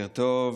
בוקר טוב,